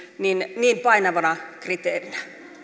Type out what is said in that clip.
niin niin painavana kriteerinä